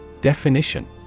Definition